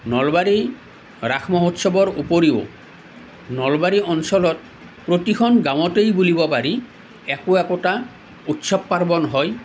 নলবাৰী ৰাস মহোৎসৱৰ উপৰিও নলবাৰী অঞ্চলত প্ৰতিখন গাঁৱতেই বুলিব পাৰি একো একোটা উৎসৱ পাৰ্বন হয়